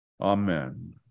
Amen